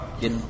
Get